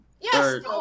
Yes